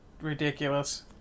ridiculous